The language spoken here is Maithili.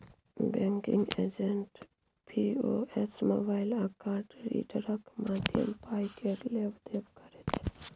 बैंकिंग एजेंट पी.ओ.एस, मोबाइल आ कार्ड रीडरक माध्यमे पाय केर लेब देब करै छै